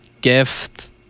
gift